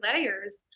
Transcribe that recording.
layers